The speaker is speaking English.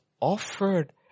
offered